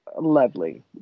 lovely